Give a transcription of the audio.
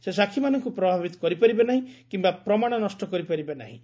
ସେ ସାକ୍ଷୀମାନଙ୍କୁ ପ୍ରଭାବିତ କରିପାରିବେ ନାହିଁ କିମ୍ବା ପ୍ରମାଣ ନଷ୍ଟ କରିପାରିବେ ନାହିଁ